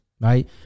right